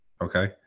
Okay